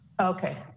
okay